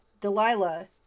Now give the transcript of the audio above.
Delilah